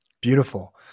Beautiful